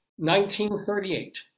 1938